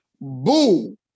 boom